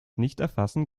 nichterfassen